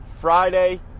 Friday